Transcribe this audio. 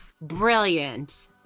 brilliant